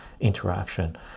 interaction